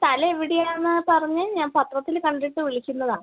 സ്ഥലം എവിടെ ആണെന്നാണ് പറഞ്ഞത് ഞാൻ പത്രത്തിൽ കണ്ടിട്ട് വിളിക്കുന്നതാണ്